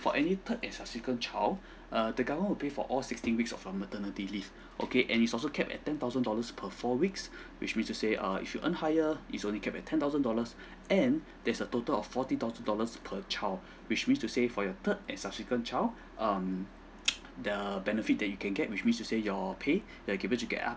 for any third and subsequent child err the government will pay for all sixteen week of your maternity leave okay and it's also capped at ten thousand dollars per four weeks which mean to say err if you earn higher it's only capped at ten thousand dollars and there's a total of forty thousand dollars per child which mean to say for your third and subsequent child um the benefit that you can get which mean to say your pay the goverment will give up